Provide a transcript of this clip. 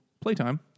Playtime